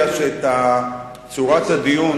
שאת צורת הדיון,